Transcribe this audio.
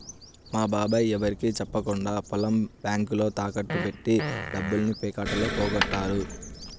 మా బాబాయ్ ఎవరికీ చెప్పకుండా పొలం బ్యేంకులో తాకట్టు బెట్టి డబ్బుల్ని పేకాటలో పోగొట్టాడు